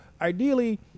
ideally